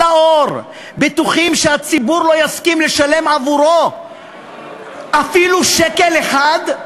בטוחים שהציבור לא יסכים לשלם עבורו אפילו שקל אחד,